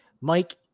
Mike